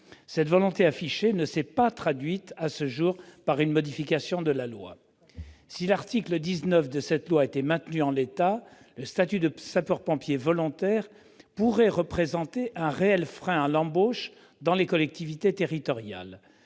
Cette volonté affichée ne s'est pas traduite à ce jour par une modification de la loi. Si l'article 19 de la loi de 1991 était maintenu en l'état, le statut de sapeur-pompier volontaire pourrait représenter un réel frein à l'embauche dans les collectivités territoriales.